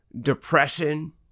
depression